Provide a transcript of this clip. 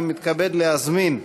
אני מתכבד להזמין,